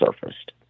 surfaced